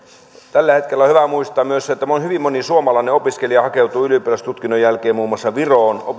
tällä hetkellä on hyvä muistaa myös se että hyvin moni suomalainen opiskelija hakeutuu ylioppilastutkinnon jälkeen muun muassa viroon